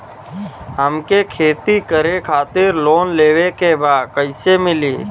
हमके खेती करे खातिर लोन लेवे के बा कइसे मिली?